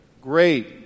great